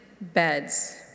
beds